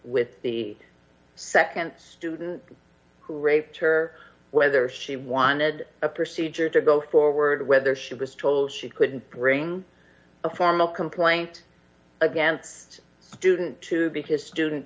with the nd student who raped her whether she wanted a procedure to go forward whether she was told she couldn't bring a formal complaint against student two because student